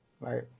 right